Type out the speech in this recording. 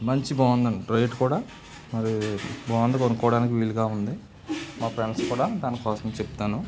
మంచి బాగుందని రేట్ కూడా మరి బాగుంది కొనుక్కోవడానికి వీలుగా ఉంది మా ఫ్రెండ్స్కి కూడా దాని కోసం చెప్తాను